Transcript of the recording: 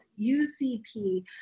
UCP